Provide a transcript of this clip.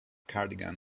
cardigan